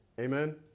Amen